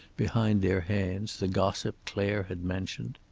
behind their hands, the gossip clare had mentioned?